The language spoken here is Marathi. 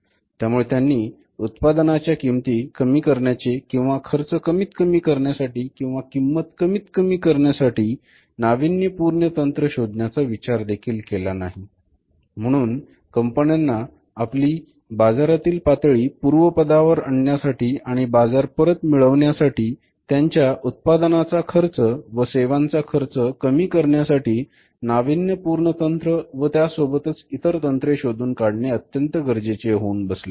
त्यामुळे त्यांनी उत्पादनाच्या किमती कमी करण्याचे किंवा खर्च कमीत कमी करण्यासाठी किंवा किंमत कमीत कमी करण्यासाठी नाविन्यपूर्ण तंत्र शोधण्याचा विचार देखील केला नाही म्हणून कंपन्यांना आपली बाजारातील पातळी पूर्वपदावर आणण्यासाठी आणि बाजार परत मिळण्यासाठी त्यांच्या उत्पादनाचा खर्च व सेवांचा खर्च कमी करण्यासाठी नाविन्यपूर्ण तंत्र व त्यासोबत इतर तंत्रे शोधून काढणे अत्यंत गरजेचे होऊन बसले